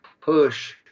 push